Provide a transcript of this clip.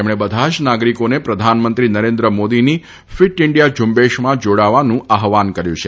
તેમણે બધા જ નાગરીકોને પ્રધાનમંત્રી નરેન્દ્ર મોદીની ફિટ ઇન્ડિયા ઝુંબેશમાં જાડવાનું આહવાન કર્યું છે